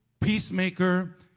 peacemaker